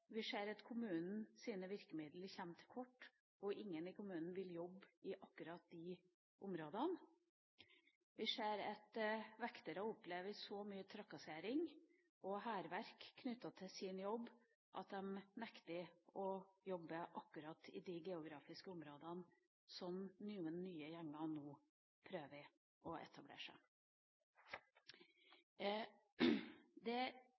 vi ser at kommunens virkemidler kommer til kort, og at ingen i kommunen vil jobbe i akkurat de områdene. Vi ser at vektere opplever så mye trakassering og hærverk knyttet til sin jobb at de nekter å jobbe akkurat i de geografiske områdene der noen nye gjenger nå prøver å etablere seg.